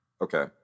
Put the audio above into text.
Okay